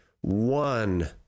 one